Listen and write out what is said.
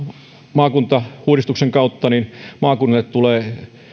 maakuntauudistuksen kautta maakunnille tulee